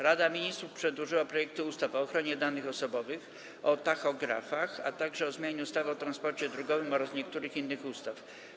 Rada Ministrów przedłożyła projekty ustaw: - o ochronie danych osobowych, - o tachografach, - o zmianie ustawy o transporcie drogowym oraz niektórych innych ustaw.